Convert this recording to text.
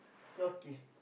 okay